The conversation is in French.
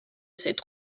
cette